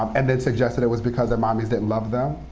um and then suggested it was because their mommies didn't love them.